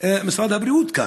משרד הבריאות כאן?